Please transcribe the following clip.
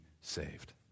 saved